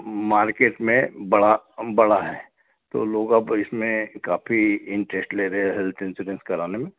market में बढ़ा बढ़ा है तो लोग अब इसमें काफ़ी इन्टरेस्ट ले रहे हेल्थ इन्श्योरेन्स कराने में